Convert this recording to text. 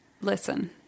Listen